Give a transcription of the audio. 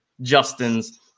Justin's